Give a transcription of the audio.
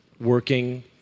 working